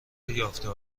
یافته